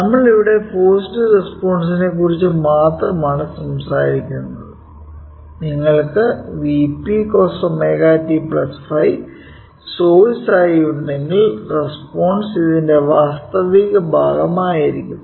നമ്മൾ ഇവിടെ ഫോർസ്ഡ് റെസ്പോൺസിനെ കുറിച്ച് മാത്രമാണ് സംസാരിക്കുന്നത് നിങ്ങൾക്ക് Vp cos ωt ϕ സോഴ്സ് ആയി ഉണ്ടെങ്കിൽ റെസ്പോൺസ് ഇതിന്റെ വാസ്തവിക ഭാഗം ആയിരിക്കും